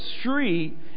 street